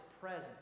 present